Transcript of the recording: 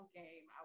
game